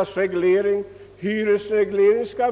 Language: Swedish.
att hyresregleringen borde avskaffas.